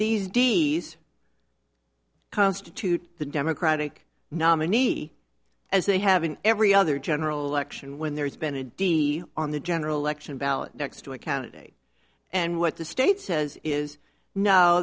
these days constitute the democratic nominee as they have in every other general election when there's been a d on the general election ballot next to a candidate and what the state says is no